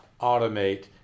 automate